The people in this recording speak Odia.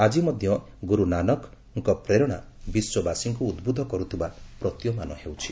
ଆଜି ମଧ୍ୟ ଗୁରୁ ନାନକଙ୍କ ପ୍ରେରଣା ବିଶ୍ୱବାସୀଙ୍କୁ ଉଦ୍ବୁଦ୍ଧ କରୁଥିବା ପ୍ରତୀୟମାନ ହେଉଛି